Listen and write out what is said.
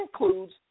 includes